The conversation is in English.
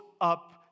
up